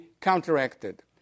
counteracted